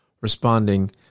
responding